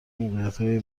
موقعیتهای